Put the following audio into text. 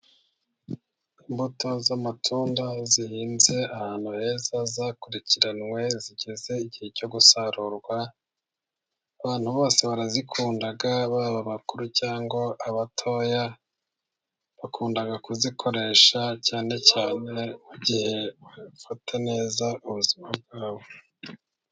Imbuto z'amatunda zihinze ahantu heza, zakurikiranywe zigeze igihe cyo gusarurwa, abantu bose barazikunda, baba abakuru cyangwa abatoya, bakunda kuzikoresha cyane cyane mu igihe ufata neza ubuzima bwawe.